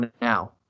now